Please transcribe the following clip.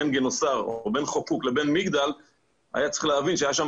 בין גינוסר או בין חוקוק לבין מגדל היה צריך להבין שהיו שם